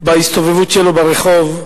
בהסתובבות שלו ברחוב,